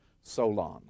Solon